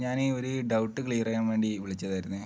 ഞാൻ ഒരു doubt clear ചെയ്യാൻ വേണ്ടി വിളിച്ചതായിരുന്നു